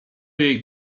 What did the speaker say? jej